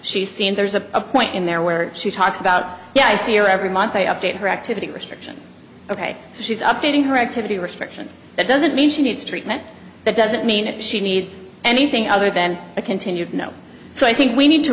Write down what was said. she's seen there's a point in there where she talks about yeah i see her every month they update her activity restriction ok she's updating her activity restrictions that doesn't mean she needs treatment that doesn't mean she needs anything other than a continued no so i think we need to